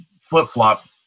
flip-flop